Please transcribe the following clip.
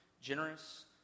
generous